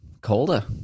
colder